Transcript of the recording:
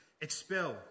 expel